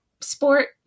sport